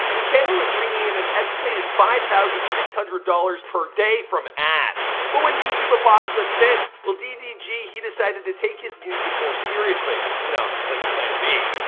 the channel is bringing in an estimated five thousand six hundred dollars per day from ads. but when youtube's adpocolypse hit, ddg decided to take his music more seriously you know as like a plan b.